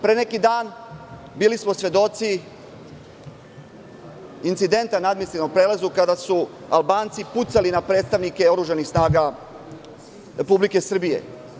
Pre neki dan bili smo svedoci incidenta na administrativnom prelazu kada su Albanci pucali na predstavnike oružanih snaga Republike Srbije.